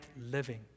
living